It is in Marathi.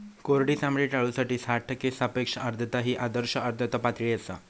कोरडी चामडी टाळूसाठी साठ टक्के सापेक्ष आर्द्रता ही आदर्श आर्द्रता पातळी आसा